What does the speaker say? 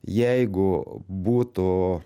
jeigu būtų